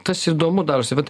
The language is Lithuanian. kas įdomu darosi vat